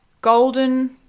Golden